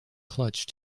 clutch